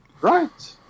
Right